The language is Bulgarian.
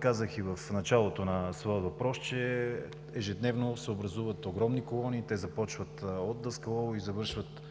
Казах и в началото на своя въпрос, че ежедневно се образуват огромни колони, те започват от „Даскалово“ и завършват